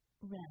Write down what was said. Red